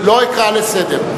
לא אקרא לסדר.